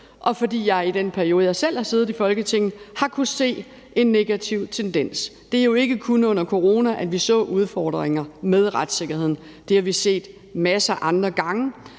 og fordi jeg i den periode, jeg selv har siddet i Folketinget, har kunnet se en negativ tendens. Det er jo ikke kun under corona, at vi så udfordringer med retssikkerheden. Det har vi set masser af andre gange.